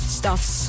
stuffs